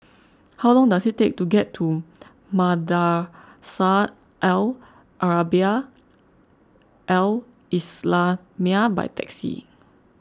how long does it take to get to Madrasah Al Arabiah Al Islamiah by taxi